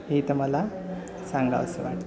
हे इथं मला सांगावंसं वाटतं